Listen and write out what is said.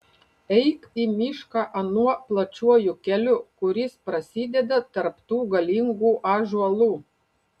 eik į mišką anuo plačiuoju keliu kuris prasideda tarp tų galingų ąžuolų